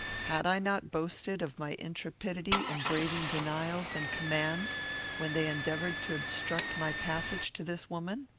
had i not boasted of my intrepidity in braving denials and commands when they endeavoured to obstruct my passage to this woman?